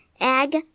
egg